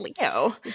Leo